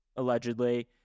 allegedly